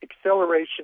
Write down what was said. acceleration